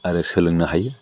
आरो सोलोंनो हायो